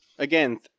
Again